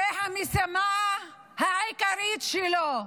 זו המשימה העיקרית שלו,